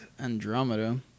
Andromeda